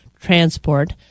transport